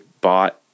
bought